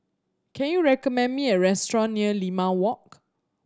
can you recommend me a restaurant near Limau Walk